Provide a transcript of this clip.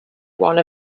one